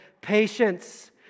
patience